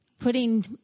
putting